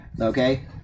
Okay